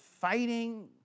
fighting